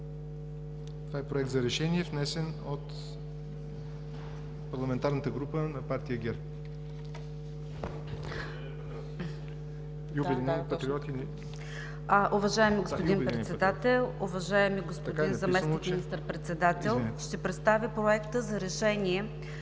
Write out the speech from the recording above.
Това е Проект за решение, внесен от парламентарната група на партия ГЕРБ.